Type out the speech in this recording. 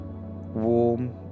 warm